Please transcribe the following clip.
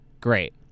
Great